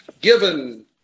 Given